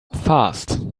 fast